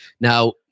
Now